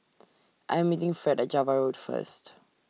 I Am meeting Fred At Java Road First